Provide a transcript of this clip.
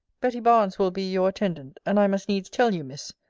betty barnes will be your attendant and i must needs tell you, miss,